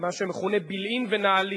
מה שמכונה בילעין ונעלין.